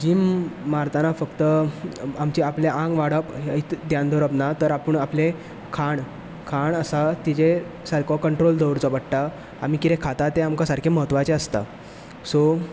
gym मारतना फक्त आमची आपलें आंग वाडप ध्यान दवरप ना तर आपूण आपलें खाण खाण आसा ताचेर आमचो कंट्रोल दवरचो पडटा आमी कितें खाता तें सामकें म्हत्वाचें आसता सो